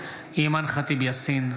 אימאן ח'טיב יאסין,